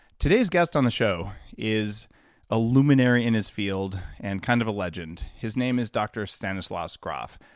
today's guest on the show is a luminary in his field, and kind of a legend. his name is dr. stanislav grof.